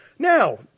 Now